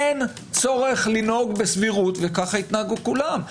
אין צורך לנהוג בסבירות, וכך התנהגו כולם.